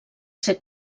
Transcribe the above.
ser